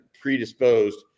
predisposed